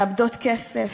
מאבדות כסף,